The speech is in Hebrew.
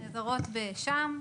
נעזרות בשע"ם,